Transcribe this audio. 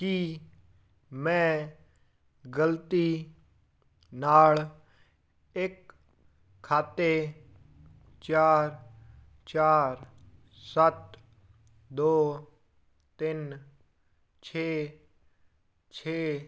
ਕਿ ਮੈਂ ਗਲਤੀ ਨਾਲ ਇੱਕ ਖਾਤੇ ਚਾਰ ਚਾਰ ਸੱਤ ਦੋ ਤਿੰਨ ਛੇ ਛੇ